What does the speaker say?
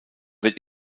wird